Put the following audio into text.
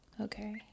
okay